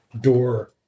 door